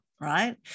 right